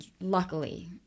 luckily